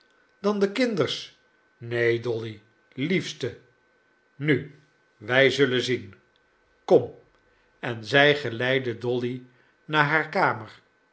dan de kinders neen dolly liefste nu wij zullen zien kom en zij geleidde dolly naar haar kamer